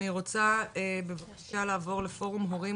אני רוצה בבקשה לעבור לפורום הורים,